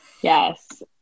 Yes